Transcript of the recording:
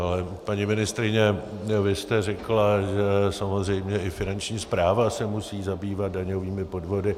Ale paní ministryně, vy jste řekla, že samozřejmě i Finanční správa se musí zabývat daňovými podvody.